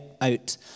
out